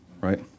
right